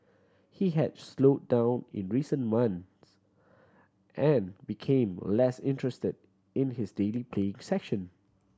he had slow down in recent months and became less interested in his daily playing session